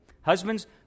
Husbands